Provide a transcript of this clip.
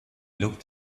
looked